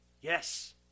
Yes